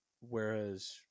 Whereas